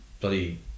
bloody